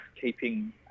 keeping